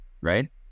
right